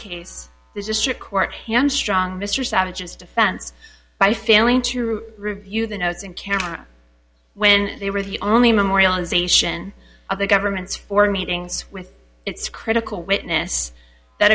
case this district court strong mr savages defense by failing to review the notes in camera when they were the only memorialization of the government's four meetings with its critical witness that